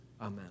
Amen